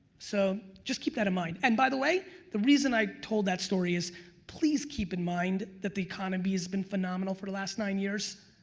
so just keep that in mind. and by the way the reason i told that story is please keep in mind that the economy has been phenomenal for the last nine years,